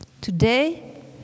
today